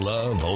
Love